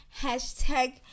hashtag